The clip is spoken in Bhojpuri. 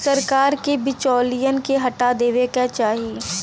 सरकार के बिचौलियन के हटा देवे क चाही